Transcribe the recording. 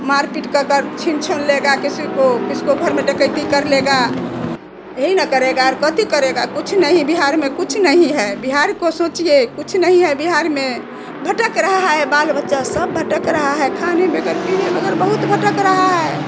मारपीट कर कर छीन छुन लेगा किसी को किसी को घर में डकैती कर लेगा यही ना करेगा और गलती करेगा कुछ नहीं बिहार में कुछ नहीं है बिहार को सोचिए कुछ नहीं है बिहार में भटक रहा है बाल बच्चा सब भटक रहा है खाने बगैर पीने बगैर बहुत भटक रहा है